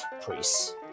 priests